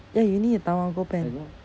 ya you need the tamago pan